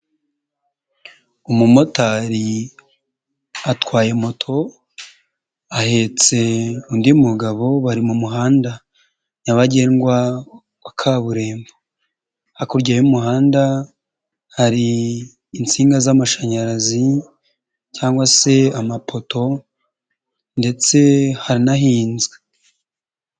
Umumotari atwaye moto, ahetse undi mugabo bari mu muhanda nyabagendwa wa kaburimbo, hakurya y'umuhanda hari insinga z'amashanyarazi cyangwa se amapoto ndetse haranahinzwe.